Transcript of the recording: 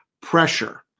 pressure